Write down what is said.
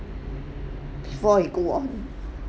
before it go off